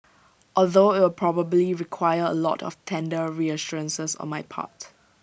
although IT will probably require A lot of tender reassurances on my part